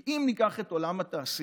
כי אם ניקח את עולם התעשייה,